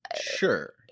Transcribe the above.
sure